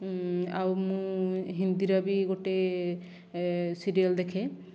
ଆଉ ମୁଁ ହିନ୍ଦୀର ବି ଗୋଟିଏ ସିରିଏଲ୍ ଦେଖେ